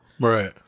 right